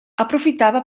aprofitava